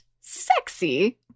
sexy